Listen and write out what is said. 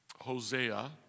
Hosea